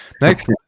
Next